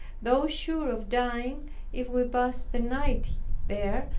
though sure of dying if we passed the night there,